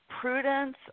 Prudence